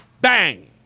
Bang